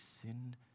sin